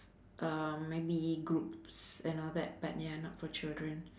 uh maybe groups and all that but ya not for children